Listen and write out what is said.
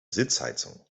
sitzheizung